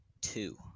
two